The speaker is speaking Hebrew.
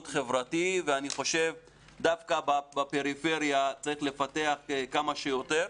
חברתי ודווקא בפריפריה צריך לפתח אותה כמה שיותר.